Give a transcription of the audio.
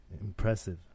impressive